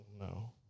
no